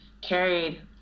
carried